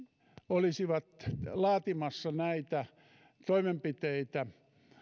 olisivat laatimassa näitä toimenpiteitä